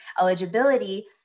eligibility